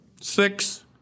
Six